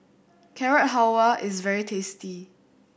Carrot Halwa is very tasty